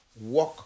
work